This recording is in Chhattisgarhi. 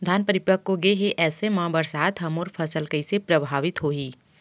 धान परिपक्व गेहे ऐसे म बरसात ह मोर फसल कइसे प्रभावित होही?